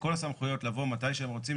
כל הסמכויות לבוא מתי שהם רוצים,